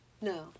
No